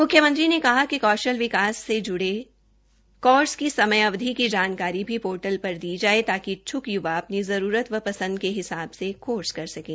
म्ख्यमंत्री ने कहा कि कौशल विकास से जुड़े कोर्सेज की समयावधि की जानकारी भी पोर्टल पर दी जाए ताकि इच्छुक युवा अपनी जरूरत व पसंद के हिसाब से कोर्स कर सकें